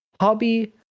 Hobby